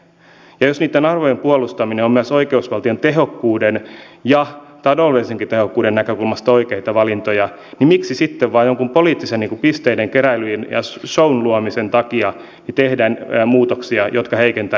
jos niitten arvojen puolustaminen on myös oikeusvaltion tehokkuuden ja taloudellisenkin tehokkuuden näkökulmasta oikea valinta niin miksi sitten vain jonkun poliittisten pisteiden keräilyn ja shown luomisen takia tehdään muutoksia jotka heikentävät ihmisten oikeusturvaa